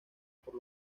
por